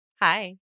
Hi